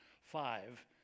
five